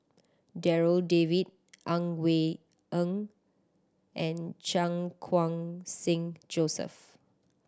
Darryl David Ang Wei Neng and Chan Khun Sing Joseph